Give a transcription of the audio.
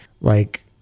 like-